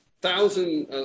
thousand